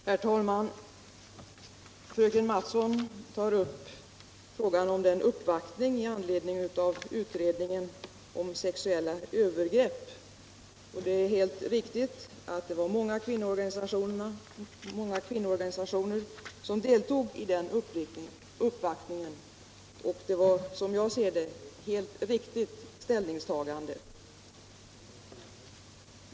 Herr talman! Fröken Mattson talar om den uppvaktning som gjordes i anledning av utredningen om sexuclla övergrepp. Det är helt riktigt att många kvinnoorganisationer deltog i denna uppvaktning och det var, som jag ser det, ett helt riktigt ställningstagande som då gjordes.